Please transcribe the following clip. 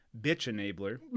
bitch-enabler